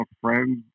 friends